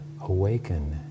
awaken